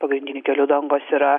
pagrindinių kelių dangos yra